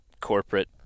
corporate